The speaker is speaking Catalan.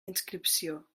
inscripció